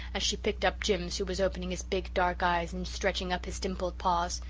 as she picked up jims, who was opening his big dark eyes and stretching up his dimpled paws.